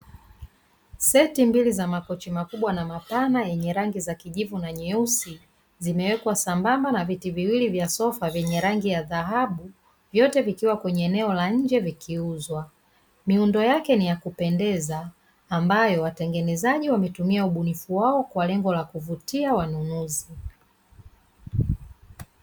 Seti mbili za makochi makubwa na mapana yenye rangi ya kijivu na nyeusi, zimewekwa sambamba na viti viwili vya sofa vyenye rangi ya dhahabu vyote vikiwa kwenye eneo la nje vikiuzwa. Miundo yake ni ya kupendeza ambayo watengenezaji wametulia ubunifu wao kwa lengo la kuvutia wanunuzi.